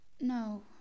No